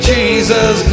Jesus